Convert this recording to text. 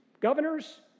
Governors